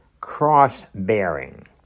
cross-bearing